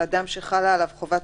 "אדם המצוי בבידוד" אדם שחלה עליו חובת